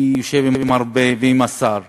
אני יושב הרבה עם השר,